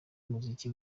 umuziki